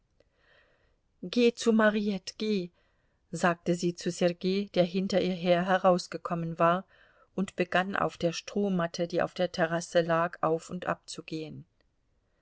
geh zu mariette geh sagte sie zu sergei der hinter ihr her herausgekommen war und begann auf der strohmatte die auf der terrasse lag auf und